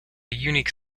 unique